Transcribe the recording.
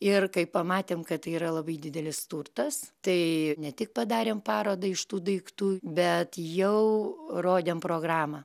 ir kai pamatėm kad tai yra labai didelis turtas tai ne tik padarėm parodą iš tų daiktų bet jau rodėm programą